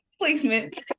placement